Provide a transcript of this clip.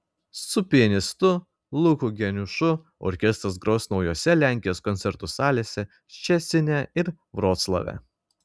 su pianistu luku geniušu orkestras gros naujose lenkijos koncertų salėse ščecine ir vroclave